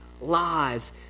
lives